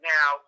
Now